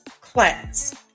class